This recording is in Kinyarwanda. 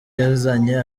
yazanye